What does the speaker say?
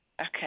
Okay